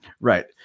Right